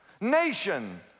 Nation